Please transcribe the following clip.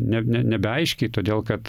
ne ne nebeaiškiai todėl kad